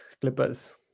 Clippers